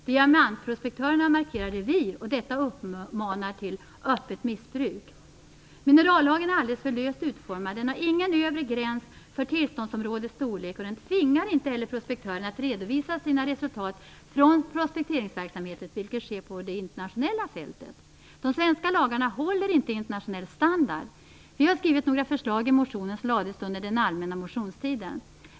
Diamantprospektörerna markerar revir, och detta uppmanar till öppet missbruk. Minerallagen är alldeles för löst utformad. Den har ingen övre gräns för tillståndsområdets storlek, och den tvingar inte heller prospektören att redovisa sina resultat från prospekteringsverksamheten, vilket sker på det internationella fältet. De svenska lagarna håller inte internationell standard. Vi har skrivit några förslag i den motion som väcktes under den allmänna motionstiden.